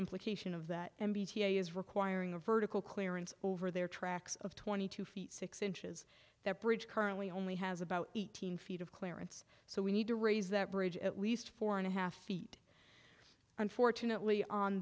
implication of that is requiring a vertical clearance over their tracks of twenty two feet six inches that bridge currently only has about eighteen feet of clearance so we need to raise that bridge at least four and a half feet unfortunately on